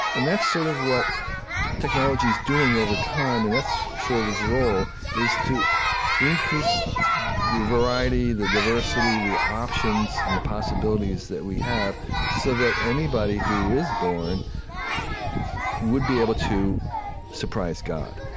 and that's sort of what technology is doing, over time. and that's sort of its role, is to increase the variety, the diversity, the options, and the possibilities that we have so that anybody who is born would be able to surprise god.